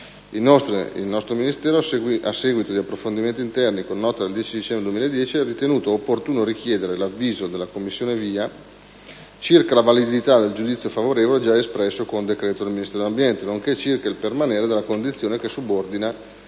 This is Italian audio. il nostro Ministero, a seguito di approfondimenti interni, con nota del 10 dicembre 2010, ha ritenuto opportuno richiedere l'avviso della commissione VIA circa la validità del giudizio favorevole già espresso con decreto del Ministero dell'ambiente, nonché circa il permanere della condizione che subordina il